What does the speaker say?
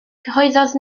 cyhoeddodd